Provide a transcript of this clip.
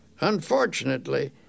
Unfortunately